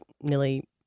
nearly